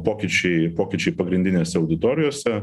pokyčiai pokyčiai pagrindinėse auditorijose